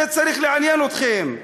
זה צריך לעניין אתכם,